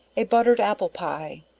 a buttered apple pie.